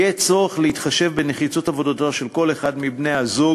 יהיה צורך להתחשב בנחיצות עבודתו של כל אחד מבני-הזוג